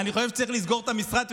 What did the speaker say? אני חושב שצריך לסגור את המשרד,